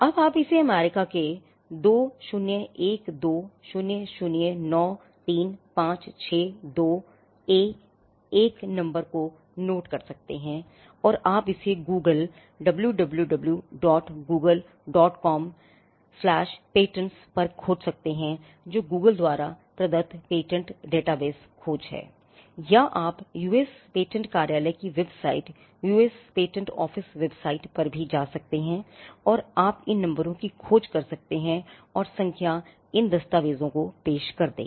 अब आप इस अमेरिका के 20120093562A1 नम्बर को नोट कर सकते हैं और आप इसे Google wwwgooglecompatentsपर खोज सकते हैं जो Google द्वारा प्रदत्त पेटेंट डेटाबेस खोज है या आप यूएस पेटेंट कार्यालय की वेबसाइट पर जा सकते हैं और आप इन नंबरों की खोज कर सकते हैं और संख्या इन दस्तावेजों को पेश कर देगी